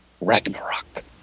Ragnarok